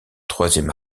troisième